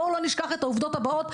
בואו לא נשכח את העבודות הבאות.